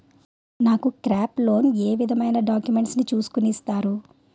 నాకు crop loan ఏ విధమైన డాక్యుమెంట్స్ ను చూస్కుని ఇస్తారు?